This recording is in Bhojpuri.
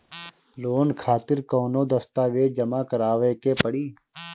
लोन खातिर कौनो दस्तावेज जमा करावे के पड़ी?